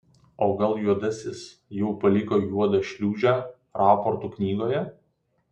o gal juodasis jau paliko juodą šliūžę raportų knygoje